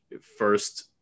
first